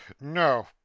No